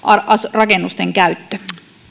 rakennusten käyttö